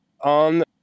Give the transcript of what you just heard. on